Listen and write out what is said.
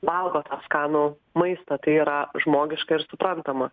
valgo tą skanų maistą tai yra žmogiška ir suprantama